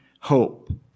hope